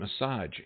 massage